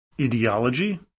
ideology